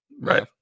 right